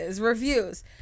reviews